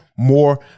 More